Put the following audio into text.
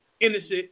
innocent